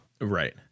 Right